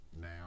now